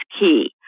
key